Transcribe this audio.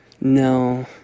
No